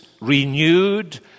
renewed